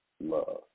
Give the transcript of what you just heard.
Love